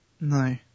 No